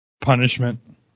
punishment